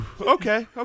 Okay